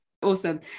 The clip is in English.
Awesome